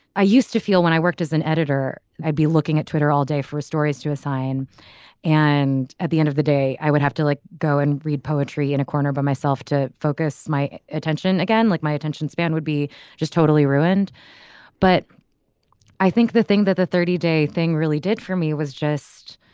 i used to feel when i worked as an editor i'd be looking at twitter all day for stories to assign and at the end of the day i would have to like go and read poetry in a corner by myself to focus my attention again like my attention span would be just totally ruined but i think the thing that the thirty day thing really did for me was just